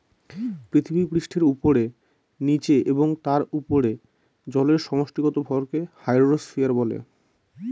পৃথিবীপৃষ্ঠের উপরে, নীচে এবং তার উপরে জলের সমষ্টিগত ভরকে হাইড্রোস্ফিয়ার বলে